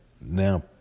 now